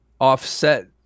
offset